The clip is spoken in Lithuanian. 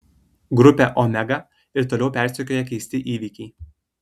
grupę omega ir toliau persekioja keisti įvykiai